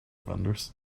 vendors